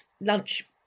lunch